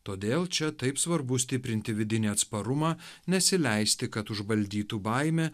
todėl čia taip svarbu stiprinti vidinį atsparumą nesileisti kad užvaldytų baimė